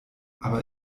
aber